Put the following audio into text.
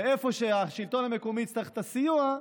ואיפה שהשלטון המקומי יצטרך את הסיוע,